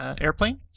airplane